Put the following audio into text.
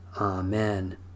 Amen